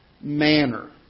manner